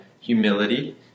humility